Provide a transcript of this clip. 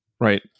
Right